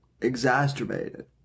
exacerbated